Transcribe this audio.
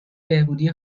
بهبودی